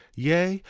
yea,